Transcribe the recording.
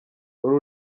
wari